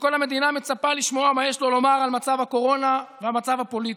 כשכל המדינה מצפה לשמוע מה יש לו לומר על מצב הקורונה והמצב הפוליטי,